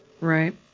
Right